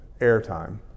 airtime